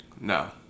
No